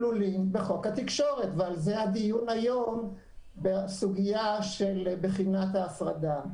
כלולים בחוק התקשורת ועל זה הדיון היום בסוגיה של בחינת ההפרדה.